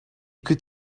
could